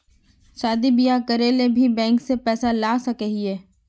शादी बियाह करे ले भी बैंक से पैसा ला सके हिये?